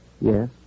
Yes